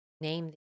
name